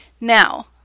Now